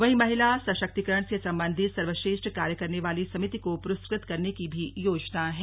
वहीं महिला सशक्तिकरण से सम्बन्धित सर्वश्रेष्ठ कार्य करने वाली समिति को पुरस्कृत करने की भी योजना है